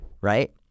right